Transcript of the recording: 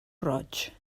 roig